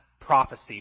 prophecy